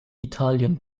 italien